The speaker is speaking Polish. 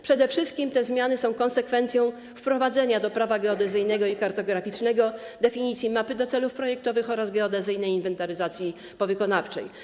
Przede wszystkim te zmiany są konsekwencją wprowadzenia do Prawa geodezyjnego i kartograficznego definicji mapy do celów projektowych oraz geodezyjnej inwentaryzacji powykonawczej.